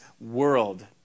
world